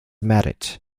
married